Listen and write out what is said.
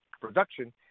production